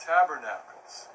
Tabernacles